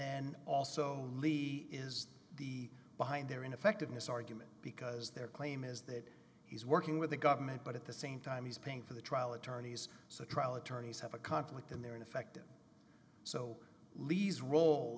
then also levy is the behind their ineffectiveness argument because their claim is that he's working with the government but at the same time he's paying for the trial attorneys so the trial attorneys have a conflict and they're ineffective so leaves role